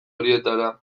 horietara